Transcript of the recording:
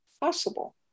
possible